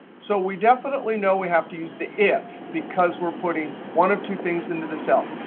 so we definitely know we have to use the if because we're putting one of two things into the cell.